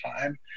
time